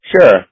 Sure